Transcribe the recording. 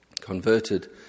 converted